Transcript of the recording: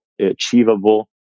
achievable